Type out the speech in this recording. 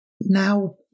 Now